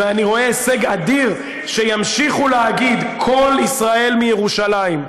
ואני רואה הישג אדיר בזה שימשיכו להגיד "קול ישראל מירושלים".